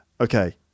Okay